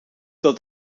dat